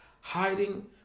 hiding